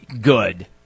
good